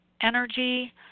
energy